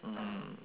mm